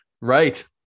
Right